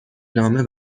نامه